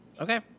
Okay